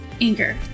anger